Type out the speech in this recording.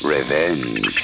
Revenge